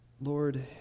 Lord